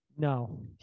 No